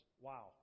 Wow